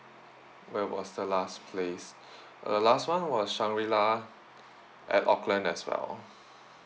where was the last place uh last one was Shangri La at auckland as well